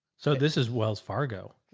so this is wells fargo.